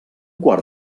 quart